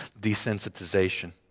desensitization